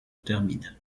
termine